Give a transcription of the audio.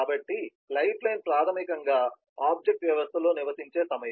కాబట్టి life line ప్రాథమికంగా object వ్యవస్థలో నివసించే సమయం